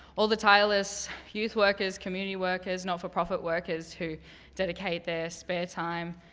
all the tireless youth workers, community workers, not for profit workers who dedicate their spare time,